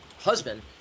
husband